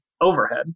overhead